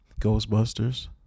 Ghostbusters